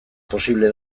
posible